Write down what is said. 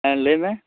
ᱦᱮᱸ ᱞᱮᱭ ᱢᱮ